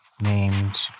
named